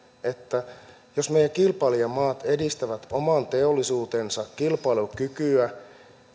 että jos meidän kilpailijamaat edistävät oman teollisuutensa kilpailukykyä